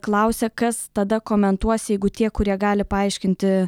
klausė kas tada komentuos jeigu tie kurie gali paaiškinti